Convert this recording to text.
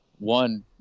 One